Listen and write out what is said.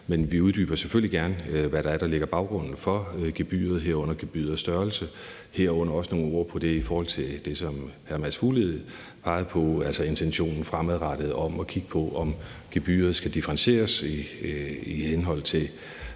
men vi uddyber selvfølgelig gerne, hvad det er, der er baggrunden for gebyret, herunder gebyrets størrelse, og herunder vil vi også sætte nogle ord på det, som hr. Mads Fuglede pegede på, altså intentionen fremadrettet om at kigge på, om gebyret skal differentieres i henhold til